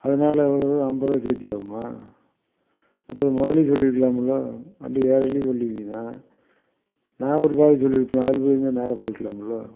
அதனால் எவ்வளவு ஐம்பதுருவா சேர்த்தி ஆகுமா எப்பா இதை முதலையே சொல்லிருக்கலாம்ல வண்டி ஏறையிலையே சொல்லி இருந்தின்னா நான் ஒரு பாதையை சொல்லிருப்பேன்ல அதில் போயிருந்தால் நேராக போயிருக்கலாம்ல